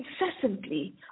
incessantly